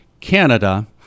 Canada